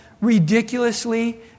ridiculously